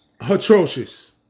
Atrocious